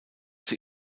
sie